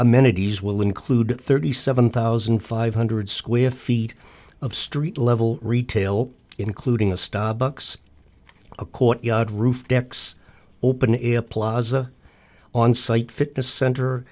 amenities will include thirty seven thousand five hundred square feet of street level retail including a stop bucks a courtyard roof decks open a plaza on site fitness center